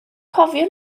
cofio